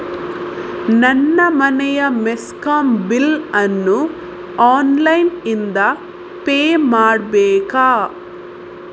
ನನ್ನ ಮನೆಯ ಮೆಸ್ಕಾಂ ಬಿಲ್ ಅನ್ನು ಆನ್ಲೈನ್ ಇಂದ ಪೇ ಮಾಡ್ಬೇಕಾ?